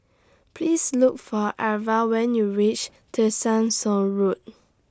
Please Look For Irva when YOU REACH Tessensohn Road